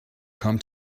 come